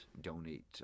donate